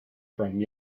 from